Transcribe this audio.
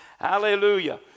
Hallelujah